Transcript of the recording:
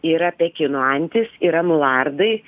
yra pekino antis yra mulardai